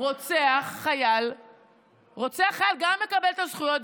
רוצח חייל גם מקבל את הזכויות,